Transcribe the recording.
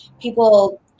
People